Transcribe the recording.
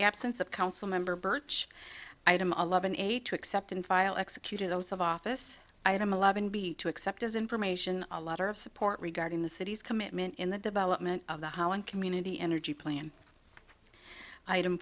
absence of council member burch item eleven eight to accept and file executing those of office item eleven be to accept as information a lot of support regarding the city's commitment in the development of the hauen community energy plan item